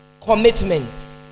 commitments